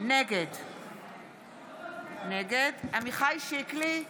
נגד עמיחי שיקלי,